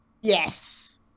Yes